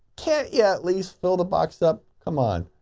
can ya at least fill the box up? come on.